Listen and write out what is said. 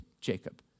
Jacob